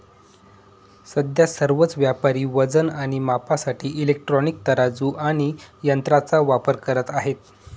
सध्या सर्वच व्यापारी वजन आणि मापासाठी इलेक्ट्रॉनिक तराजू आणि यंत्रांचा वापर करत आहेत